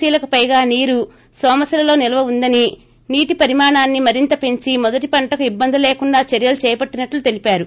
సీలకు పైగా నీరు నోమశిలలో నిల్వ ఉందని నీటి పరిమాణాన్ని మెరింత పెంచి మొదటి పంటకు ఇబ్బంది లేకుండా చర్యలు చేపట్లినట్లు తెలిపారు